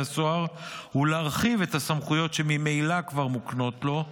הסוהר ולהרחיב את הסמכויות שממילא כבר מוקנות לו,